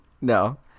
No